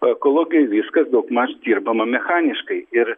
ekologijoj viskas daugmaž dirbama mechaniškai ir